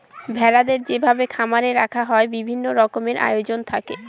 ভেড়াদের যেভাবে খামারে রাখা হয় বিভিন্ন রকমের আয়োজন থাকে